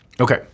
Okay